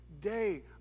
day